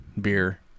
beer